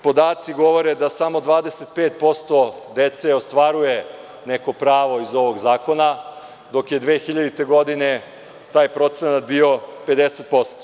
Podaci govore da samo 25% dece ostvaruje neko pravo iz ovog zakona, dok je 2000. godine taj procenat bio 50%